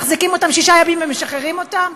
מחזיקים אותם שישה ימים ומשחררים אותם?